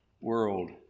world